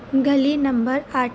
ਗਲੀ ਨੰਬਰ ਅੱਠ